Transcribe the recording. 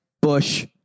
Bush